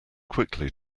quickly